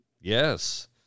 Yes